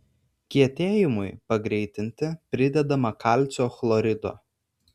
kietėjimui pagreitinti pridedama kalcio chlorido